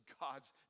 God's